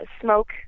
smoke